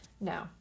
no